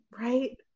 right